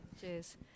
Cheers